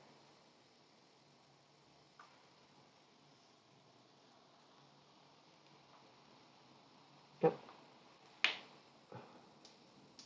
yup